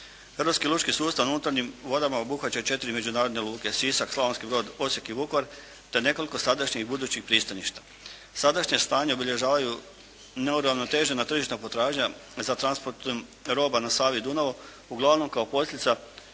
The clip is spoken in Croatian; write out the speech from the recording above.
Hrvatski lučki sustav u unutarnjim vodama obuhvaća i 4 međunarodne luke Sisak, Slavonski Brod, Osijek i Vukovar, te nekoliko sadašnjih i budućih pristaništa. Sadašnje stanje obilježavaju neuravnotežena tržišna potražnja za transportom roba na Savi i Dunavu uglavnom kao posljedica